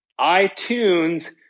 iTunes